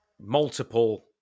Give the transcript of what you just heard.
multiple